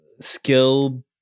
skill